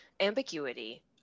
ambiguity